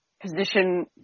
position